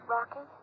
Rocky